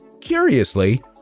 curiously